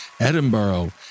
Edinburgh